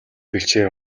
бэлчээр